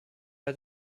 bei